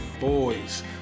boys